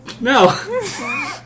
No